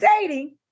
dating